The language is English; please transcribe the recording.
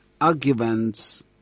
arguments